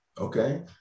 Okay